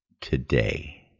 today